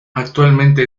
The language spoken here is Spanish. actualmente